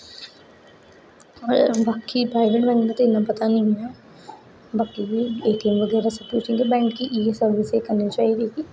एह् बाकी private bank दा ते इ'न्ना पता नेईं ऐ वट ए टी एम बगैरा सर्विस दे बैंक गी ई सर्विस करनी चाहिदी कि